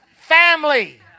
family